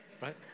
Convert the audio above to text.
right